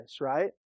right